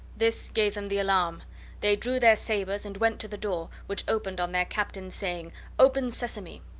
this gave them the alarm they drew their sabres, and went to the door, which opened on their captain's saying open, sesame!